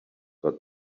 got